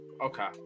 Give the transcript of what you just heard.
Okay